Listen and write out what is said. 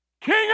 King